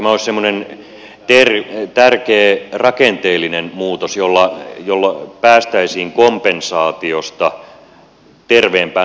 tämä olisi semmoinen tärkeä rakenteellinen muutos jolla päästäisiin kompensaatiosta terveempään normaalitilanteeseen